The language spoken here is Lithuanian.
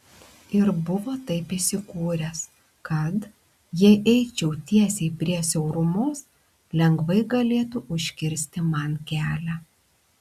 ir buvo taip įsikūręs kad jei eičiau tiesiai prie siaurumos lengvai galėtų užkirsti man kelią